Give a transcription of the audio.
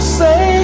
say